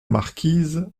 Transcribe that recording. marquise